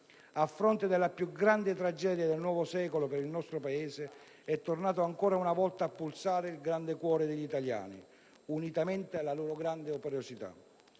A fronte della più grande tragedia del nuovo secolo per il nostro Paese, è tornato ancora una volta a pulsare il grande cuore degli italiani, unitamente alla loro grande operosità.